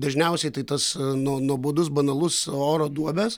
dažniausiai tai tas nuo nuobodus banalus oro duobės